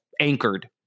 anchored